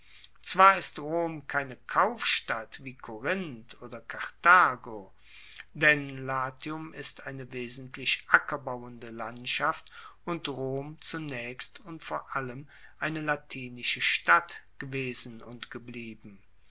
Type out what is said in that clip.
zwar ist rom keine kaufstadt wie korinth oder karthago denn latium ist eine wesentlich ackerbauende landschaft und rom zunaechst und vor allem eine latinische stadt gewesen und geblieben